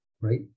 Right